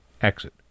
exit